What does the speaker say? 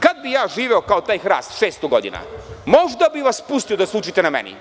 Kad bih ja živeo kao taj hrast 600 godina, možda bih vas pustio da se učite na meni.